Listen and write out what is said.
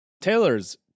Taylor's